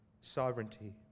sovereignty